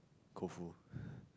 Koufu